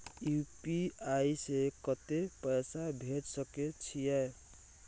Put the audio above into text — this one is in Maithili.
यु.पी.आई से कत्ते पैसा भेज सके छियै?